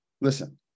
listen